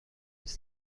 نیز